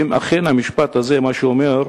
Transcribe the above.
ואם אכן המשפט הזה, מה שהוא אומר,